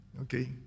Okay